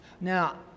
Now